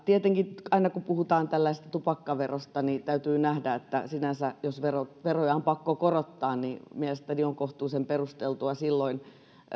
tietenkin aina kun puhutaan tupakkaverosta täytyy nähdä että jos veroja on pakko korottaa niin sinänsä mielestäni on kohtuullisen perusteltua silloin